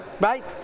right